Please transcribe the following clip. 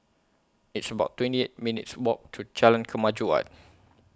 It's about twenty eight minutes' Walk to Jalan Kemajuan